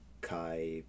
Kai